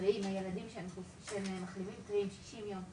הילדים שהם מחלימים טריים 60 יום,